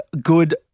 good